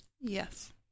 Yes